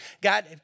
God